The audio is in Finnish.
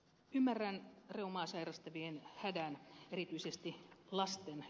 ymmärrän reumaa sairastavien hädän erityisesti lasten